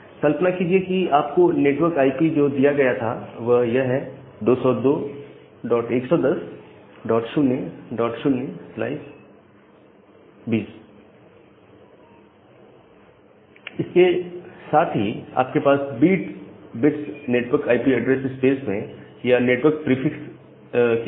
कल्पना कीजिए कि आप को नेटवर्क आईपी जो दिया गया था वह यह है 2021100020 इसके साथ ही आपके पास 20 bits network IP address space में या नेटवर्क प्रीफिक्स के हैं